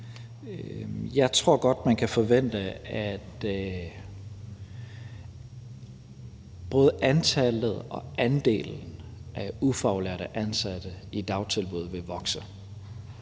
Jeg tror godt, man kan forvente, at både antallet og andelen af ufaglærte ansatte i dagtilbud vil vokse.